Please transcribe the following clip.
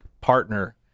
partner